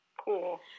Cool